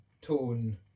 tone